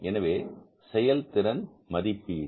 எனவே செயல்திறன் மதிப்பீடு